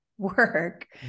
work